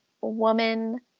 woman